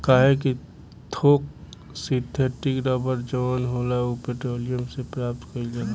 काहे कि थोक सिंथेटिक रबड़ जवन होला उ पेट्रोलियम से प्राप्त कईल जाला